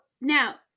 now